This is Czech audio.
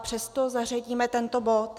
Přesto zařadíme tento bod.